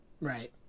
right